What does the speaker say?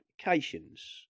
applications